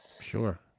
sure